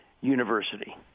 University